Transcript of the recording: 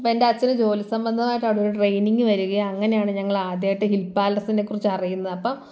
അപ്പോൾ എൻ്റെ അച്ഛന് ജോലി സംബന്ധമായിട്ട് അവിടെ ഒരു ട്രെയിനിങ് വരുകയും അങ്ങനെയാണ് ഞങ്ങളാദ്യമായിട്ട് ഹിൽപാലസിനെ കുറിച്ച് അറിയുന്നത് അപ്പം